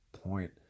point